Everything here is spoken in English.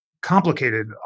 complicated